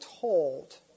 told